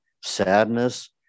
sadness